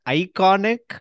iconic